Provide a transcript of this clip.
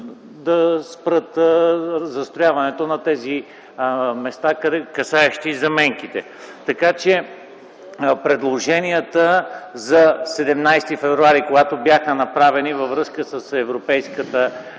да спрат застрояването на тези места, касаещи заменките. Така че предложенията от 17 февруари, които бяха направени във връзка с Европейската